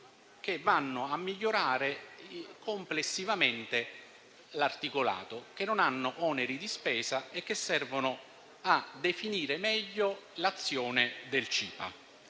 che vanno a migliorare complessivamente l'articolato, che non hanno oneri di spesa e che servono a definire meglio l'azione del Cipa.